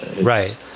Right